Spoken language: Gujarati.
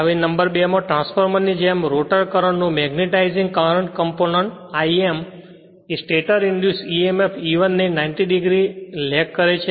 હવે નંબર 2 માં ટ્રાન્સફોર્મર ની જેમ સ્ટેટર કરંટ નો મેગ્નેટાઇજિંગ કરંટ કમ્પોનન્ટ Im એ સ્ટેટર ઇંડ્યુસ emf E1 ને 90o ડિગ્રી લેગ કરે છે